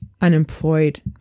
unemployed